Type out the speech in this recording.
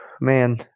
Man